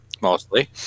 Mostly